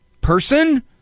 person